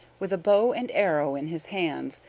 with a bow and arrow in his hands,